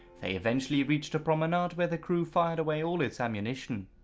they eventually reached the promenade where the crew fired away all its ammunition.